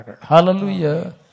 Hallelujah